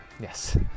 yes